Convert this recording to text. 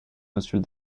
monsieur